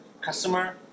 customer